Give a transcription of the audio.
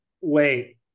Wait